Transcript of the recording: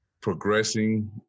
progressing